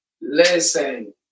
Listen